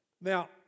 Now